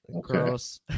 Gross